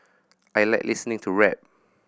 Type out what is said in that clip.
I like listening to rap